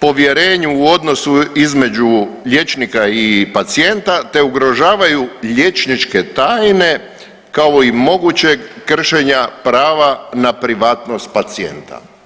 povjerenju u odnosu između liječnika i pacijenta te ugrožavaju liječničke tajne kao i mogućeg kršenja prava na privatnost pacijenta.